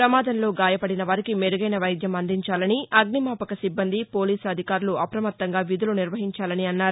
ప్రమాదంలో గాయపడిన వారికి మెరుగైన వైద్యం అందించాలని అగ్నిమాపక సిబ్బంది పోలీసు అధికారులు అప్రమత్తంగా విధులు నిర్వహించాలని అన్నారు